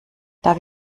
darf